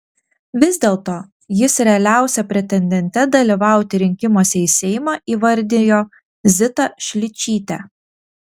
vis dėlto jis realiausia pretendente dalyvauti rinkimuose į seimą įvardijo zitą šličytę